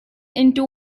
into